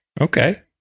Okay